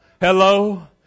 Hello